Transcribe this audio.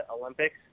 Olympics